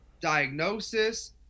diagnosis